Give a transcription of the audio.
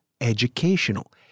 educational